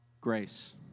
grace